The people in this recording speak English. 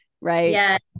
Right